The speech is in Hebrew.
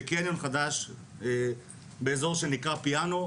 בקניון חדש באיזור שנקרא פיאנו,